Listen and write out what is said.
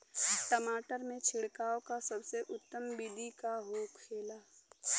टमाटर में छिड़काव का सबसे उत्तम बिदी का होखेला?